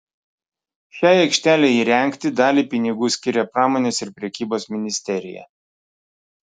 šiai aikštelei įrengti dalį pinigų skiria pramonės ir prekybos ministerija